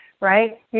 right